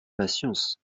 patience